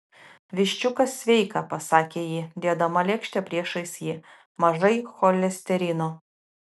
viščiukas sveika pasakė ji dėdama lėkštę priešais jį mažai cholesterino